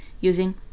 using